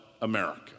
America